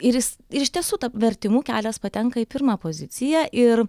ir jis ir iš tiesų ta vertimų kelias patenka į pirmą poziciją ir